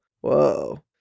whoa